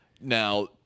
now